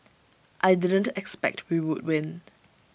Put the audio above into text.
I didn't expect we would win